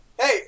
hey